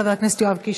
חבר הכנסת יואב קיש,